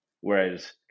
whereas